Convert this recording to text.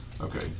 Okay